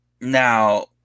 now